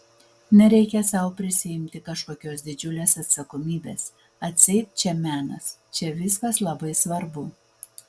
nereikia sau prisiimti kažkokios didžiulės atsakomybės atseit čia menas čia viskas labai svarbu